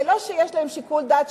זה לא שיש להן שיקול דעת,